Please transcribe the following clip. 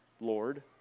Lord